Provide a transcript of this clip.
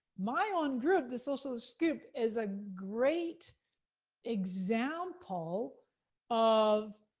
my own group, the social scoop is a great example of